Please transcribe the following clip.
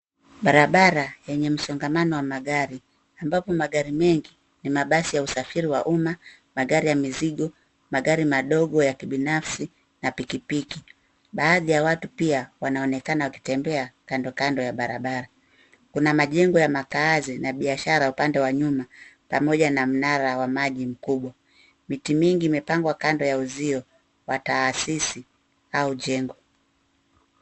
Barabara yenye msongamano wa magari ambapo magari mengi ni mabasi ya usafiri wa umma, magari ya mizigo, magari madogo ya kibinafsi na pikipiki. Baadhi ya watu pia wanaonekana wakitembea kando kando ya barabara. Kuna majengo ya maakazi na biashara upande wa nyuma pamoja na mnara wa maji mkubwa. Miti mingi imepangwa kando ya uuzio wa taasisi au jengo.